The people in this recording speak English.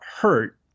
hurt